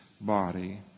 body